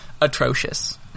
atrocious